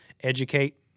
educate